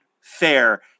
fair